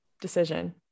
decision